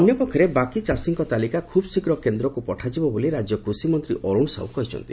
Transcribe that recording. ଅନ୍ୟପକ୍ଷରେ ବାକି ଚାଷୀଙ୍କ ତାଲିକା ଖୁବ୍ଶୀଘ୍ର କେନ୍ରକୁ ପଠାଯିବ ବୋଲି ରାଜ୍ୟ କୁଷିମନ୍ତୀ ଅରୁଣ ସାହୁ କହିଛନ୍ତି